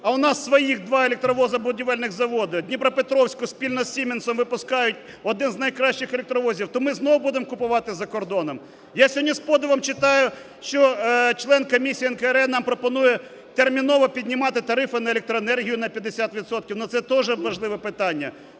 А у нас своїх два електровозобудівельних заводи, в Дніпропетровську спільно з Siemens випускають один з найкращих електровозів. То ми знову будемо купувати за кордоном? Я сьогодні з подивом читаю, що член комісії НКРЕ нам пропонує терміново піднімати тарифи на електроенергію на 50 відсотків. Це тоже важливе питання.